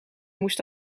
moest